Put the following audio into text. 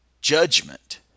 judgment